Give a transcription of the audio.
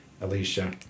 Alicia